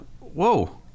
whoa